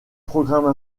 programmes